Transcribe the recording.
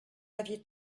aviez